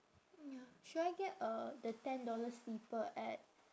ya should I get uh the ten dollar slipper at